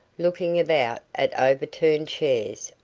looking about at overturned chairs,